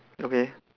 okay